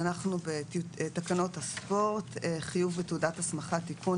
"תקנות הספורט (חיוב בתעודת הסמכה) (תיקון),